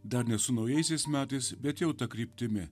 dar ne su naujaisiais metais bet jau ta kryptimi